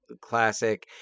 classic